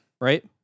Right